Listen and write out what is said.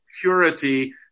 purity